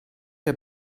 wer